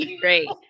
Great